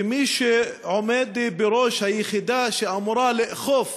שמי שעומד בראש היחידה שאמורה לאכוף